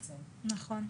נכון.